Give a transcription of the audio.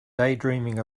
daydreaming